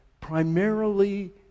primarily